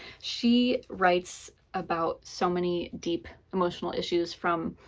she writes about so many deep emotional issues from